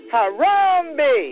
Harambe